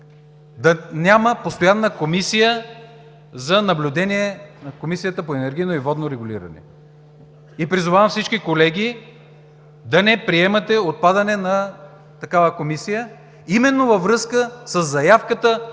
да няма постоянна Комисия за наблюдение на Комисията за енергийно и водно регулиране. Призовавам всички колеги да не приемате отпадане на такава Комисия именно във връзка със заявката